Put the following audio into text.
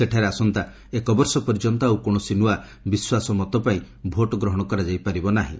ସେଠାରେ ଆସନ୍ତା ଏକବର୍ଷ ପର୍ଯ୍ୟନ୍ତ ଆଉ କୌଣସି ନୂଆ ବିଶ୍ୱାସ ମତ ପାଇଁ ଭୋଟ୍ ଗ୍ରହଣ କରାଯାଇ ପାରିବ ନାହିଁ